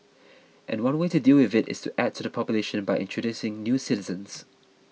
and one way to deal with it is to add to the population by introducing new citizens